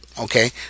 Okay